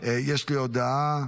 ההצבעה: